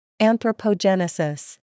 Anthropogenesis